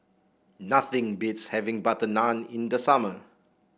nothing beats having butter naan in the summer